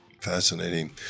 Fascinating